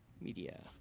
Media